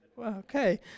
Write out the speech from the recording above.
Okay